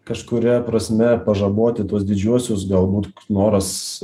kažkuria prasme pažaboti tuos didžiuosius galbūt noras